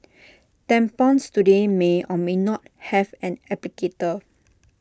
tampons today may or may not have an applicator